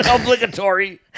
Obligatory